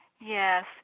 Yes